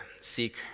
seek